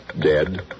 dead